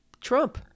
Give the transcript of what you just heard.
Trump